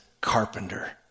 carpenter